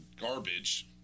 garbage